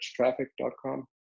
searchtraffic.com